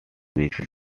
week